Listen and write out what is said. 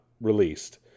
released